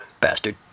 Bastard